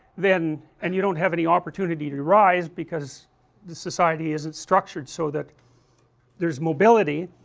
then, and you don't have any opportunity to rise because the society isn't structured so that there's mobility,